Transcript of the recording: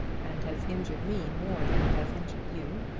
and has injured me more than it has injured you,